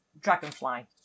Dragonfly